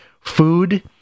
food